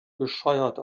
bescheuert